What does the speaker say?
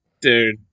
dude